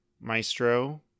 Maestro